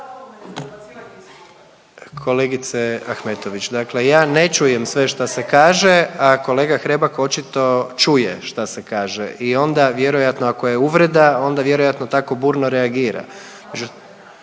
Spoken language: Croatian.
Kolegice Ahmetović, dakle ja ne čujem sve šta se kaže, a kolega Hrebak očito čuje šta se kaže i onda vjerojatno, ako je uvreda, onda vjerojatno tako burno reagira.